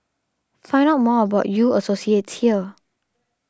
find out more about U Associates here